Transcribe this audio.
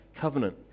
covenant